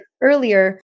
earlier